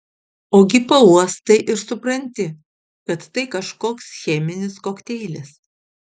ogi pauostai ir supranti kad tai kažkoks cheminis kokteilis